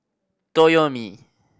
toyomi